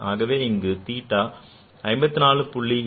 ஆகவே இங்கே theta 54